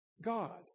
God